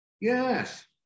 Yes